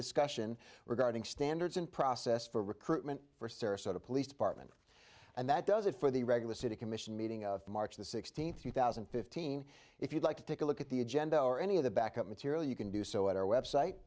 discussion regarding standards and process for recruitment for sarasota police department and that does it for the regular city commission meeting march the sixteenth two thousand and fifteen if you'd like to take a look at the agenda or any of the backup material you can do so at our website